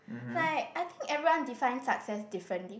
like I think everyone define success differently